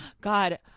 God